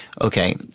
okay